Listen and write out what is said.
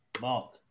Mark